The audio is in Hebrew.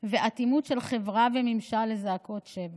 ואטימות של חברה וממשל לזעקות שבר.